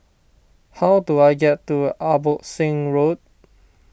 how do I get to Abbotsingh Road